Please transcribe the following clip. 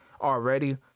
Already